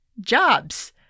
Jobs